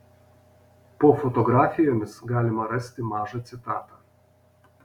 po fotografijomis galima rasti mažą citatą